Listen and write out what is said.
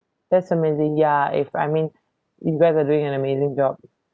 that's amazing ya if I mean you guys are doing an amazing job